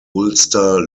ulster